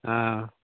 ꯑꯥ